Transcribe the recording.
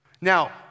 Now